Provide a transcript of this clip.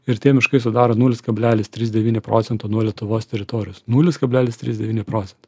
ir tie miškai sudaro nulis kablelis trys devyni procento nuo lietuvos teritorijos nulis kablelis trys devyni procento